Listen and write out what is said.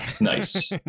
Nice